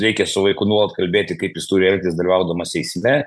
reikia su vaiku nuolat kalbėti kaip jis turi elgtis dalyvaudamas eisme